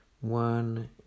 one